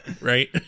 Right